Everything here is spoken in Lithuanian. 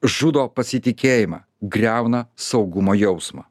žudo pasitikėjimą griauna saugumo jausmą